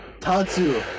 Tatsu